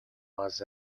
was